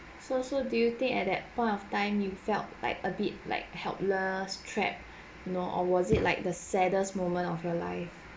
so so do you think at that point of time you felt like a bit like helpless trap you know or was it like the saddest moment of your life